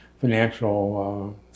financial